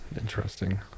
Interesting